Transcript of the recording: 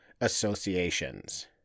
associations